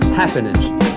happiness